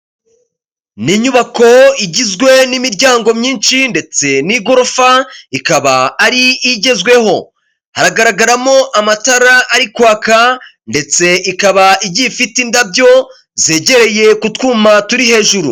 Ni inyubako igizwe n'imiryango myinshi ndetse n'igorofa ikaba ari igezweho, haragaragaramo amatara ari kwaka ndetse ikaba igiye ifite indabyo zegereye ku twuma turi hejuru.